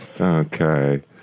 Okay